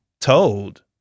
told